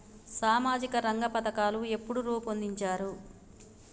సామాజిక రంగ పథకాలు ఎప్పుడు రూపొందించారు?